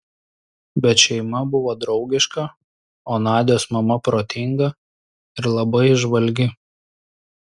bet šeima buvo draugiška o nadios mama protinga ir labai įžvalgi